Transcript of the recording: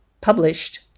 published